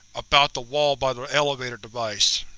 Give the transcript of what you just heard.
about the wall by the elevator device.